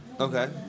Okay